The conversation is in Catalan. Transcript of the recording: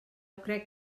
crec